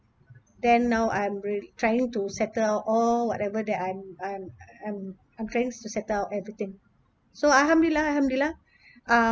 then now I'm really trying to settle all whatever that I'm I'm I'm I'm trying to settle out everything so alhamdulillah alhamdulillah uh